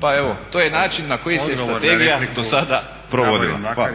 pa evo. To je način na koji se strategije dosada provodila.